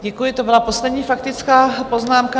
Děkuji, to byla poslední faktická poznámka.